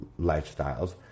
lifestyles